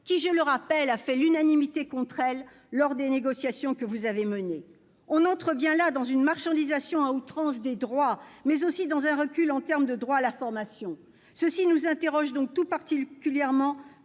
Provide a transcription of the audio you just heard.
qui, je le rappelle, a fait l'unanimité contre elle lors des négociations que vous avez menées. On entre bien là dans une marchandisation à outrance des droits, mais c'est aussi significatif d'un recul en termes de droit à la formation. Cela nous interroge tout particulièrement,